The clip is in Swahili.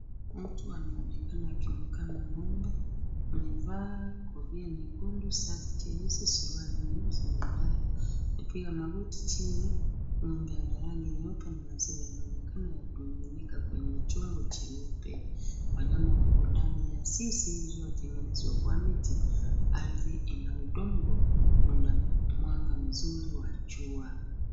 Mtu anaonekana akimkama ng'ombe. Amevaa kofia nyekundu, shati jeusi, suruali na sandara . Amepiga magoti chini. Ng'ombe ana rangi nyeupe na maziwa yanaonekana yakimiminika kwenye chombo cheupe. Wanyama wako ndani ya zizi iliyotengenezwa kwa miti. Ardhi ina udongo na mwanga mzuri wa jua.